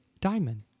diamond